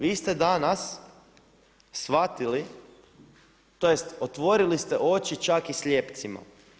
Vi ste danas shvatili, tj. otvorili ste oči čak i slijepcima.